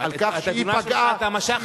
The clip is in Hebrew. על כך שהיא פגעה,